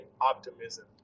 optimism